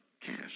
cash